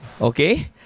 Okay